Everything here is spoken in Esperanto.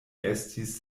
estis